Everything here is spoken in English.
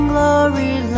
Glory